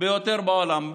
ביותר בעולם.